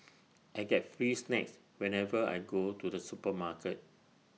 I get free snacks whenever I go to the supermarket